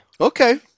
Okay